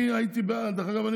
אני הייתי בעד, דרך אגב.